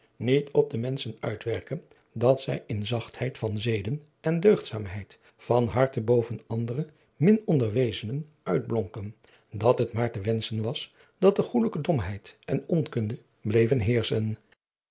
niet op de menschen uitwerkten dat zij adriaan loosjes pzn het leven van hillegonda buisman in zachtheid van zeden en deugdzaamheid van harte boven audere min onderwezenen uitblonken het maar te wenschen was dat de goelijke domheid en onkunde bleven heerschen